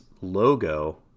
logo